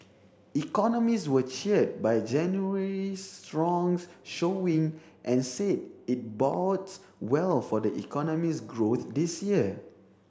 economists were cheered by January's strong showing and said it bodes well for the economy's growth this year